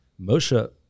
Moshe